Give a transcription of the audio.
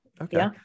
Okay